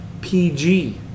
PG